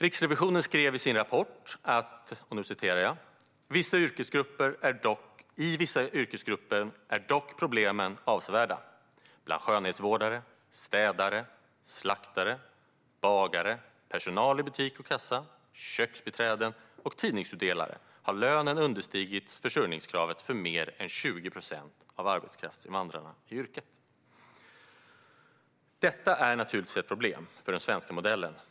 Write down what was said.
Riksrevisionen skrev i sin rapport: "I vissa yrkesgrupper är dock problemen fortfarande avsevärda: bland skönhetsvårdare, städare, slaktare, bagare, personal i butik och kassa, köksbiträden och tidningsutdelare har lönen understigit försörjningskravet för mer än 20 procent av arbetskraftsinvandrarna i yrket." Detta är naturligtvis ett problem för den svenska modellen.